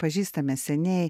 pažįstame seniai